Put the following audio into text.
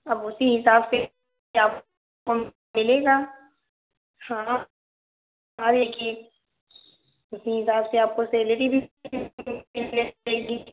अब उसी हिसाब से आपको मिलेगा हाँ अरे कि उसी हिसाब से आपको सेलरी भी